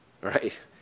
Right